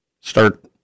start